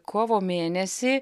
kovo mėnesį